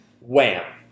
Wham